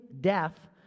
death